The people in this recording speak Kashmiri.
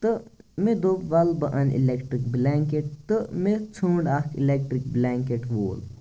تہٕ مےٚ دوٚپ وَلہٕ بہٕ اَنہٕ اِلیٚکٹِرٛک بلینٛکیٚٹ تہٕ مےٚ ژھونٛڈ اَکھ اِلیٚکٹِرٛک بلینٛکیٚٹ ووٗل